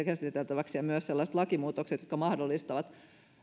käsiteltäväksi myös sellaiset lakimuutokset jotka mahdollistavat